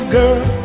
girl